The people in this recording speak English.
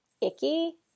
icky